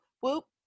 whoop